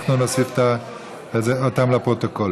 להוסיף לפרוטוקול